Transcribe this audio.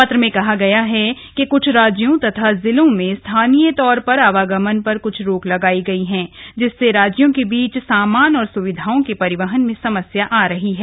पत्र में कहा गया है कि कुछ राज्यों अथवा जिलों में स्थानीय तौर पर आवागमन पर कुछ रोक लगाई गई है जिससे राज्यों के बीच सामान और सुविधाओं के परिवहन में समस्या आ रही है